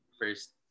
first